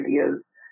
ideas